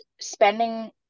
spending